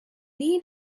need